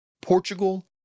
Portugal